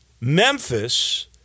Memphis